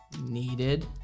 needed